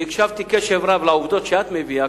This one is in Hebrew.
והקשבתי קשב רב לעובדות שאת מביאה,